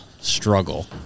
struggle